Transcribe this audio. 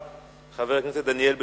חבר הכנסת זאב בילסקי.